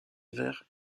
hiver